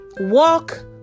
walk